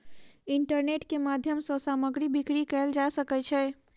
internet के माध्यम सॅ सामग्री बिक्री कयल जा सकै छै